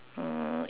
uh